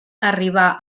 arribar